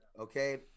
Okay